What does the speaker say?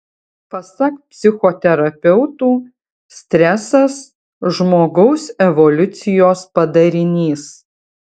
pasak psichoterapeutų stresas žmogaus evoliucijos padarinys